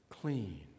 clean